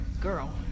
girl